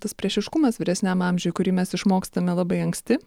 tas priešiškumas vyresniam amžiui kurį mes išmokstame labai anksti